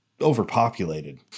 overpopulated